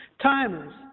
Timers